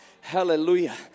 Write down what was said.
Hallelujah